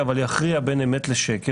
אבל לסתום להם את הפה?